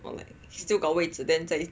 or what still got 位置 then 再